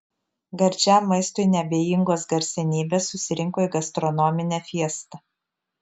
gardžiam maistui neabejingos garsenybės susirinko į gastronominę fiestą